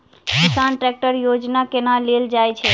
किसान ट्रैकटर योजना केना लेल जाय छै?